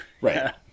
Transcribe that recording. right